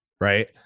right